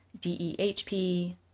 DEHP